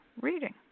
reading